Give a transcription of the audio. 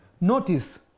notice